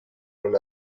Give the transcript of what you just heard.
non